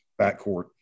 backcourt